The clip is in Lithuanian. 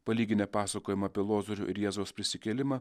palyginę pasakojimą apie lozorių ir jėzaus prisikėlimą